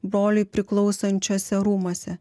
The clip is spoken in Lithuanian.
broliui priklausančiuose rūmuose